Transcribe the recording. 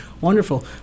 wonderful